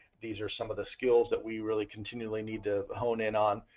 these are some of the skills that we really continually need to hone in on.